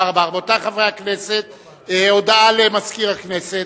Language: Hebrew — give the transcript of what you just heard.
רבותי חברי הכנסת, הודעה למזכיר הכנסת.